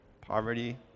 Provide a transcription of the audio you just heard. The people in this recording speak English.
Poverty